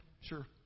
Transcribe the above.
sure